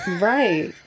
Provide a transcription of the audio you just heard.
Right